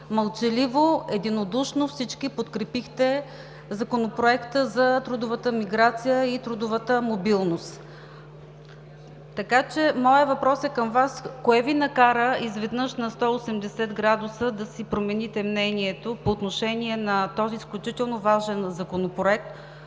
мълчаливо, единодушно всички подкрепихте Законопроекта за трудовата миграция и трудовата мобилност. Така че моят въпрос към Вас е: кое Ви накара изведнъж на 180 градуса да си промените мнението по отношение на този изключително важен законопроект,